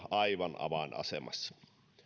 aivan avainasemassa